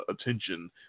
attention